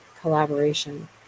collaboration